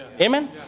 Amen